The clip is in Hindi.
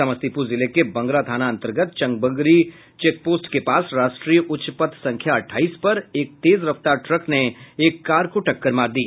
समस्तीपुर जिले के बंगरा थाना अंतर्गत चकबंगरी चेकपोस्ट के पास राष्ट्रीय उच्च पथ संख्या अठाईस पर एक तेज रफ्तार ट्रक ने एक कार को टक्कर मार दी